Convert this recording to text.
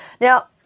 Now